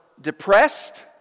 depressed